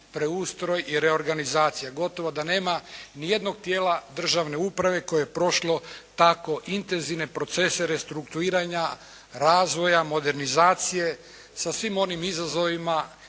preustroj i reorganizacija. Gotovo da nema ni jednog tijela državne uprave koje je prošlo tako intenzivne procese restruktuiranja, razvoja, modernizacije, sa svim onim izazovima